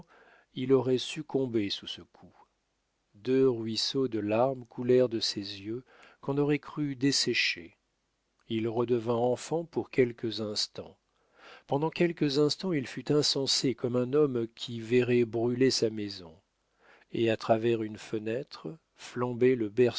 il aurait succombé sous ce coup deux ruisseaux de larmes coulèrent de ses yeux qu'on aurait cru desséchés il redevint enfant pour quelques instants pendant quelques instants il fut insensé comme un homme qui verrait brûler sa maison et à travers une fenêtre flamber le